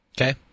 Okay